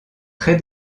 très